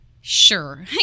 sure